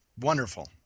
wonderful